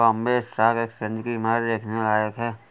Bombay stock exchange की इमारत देखने लायक है